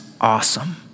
awesome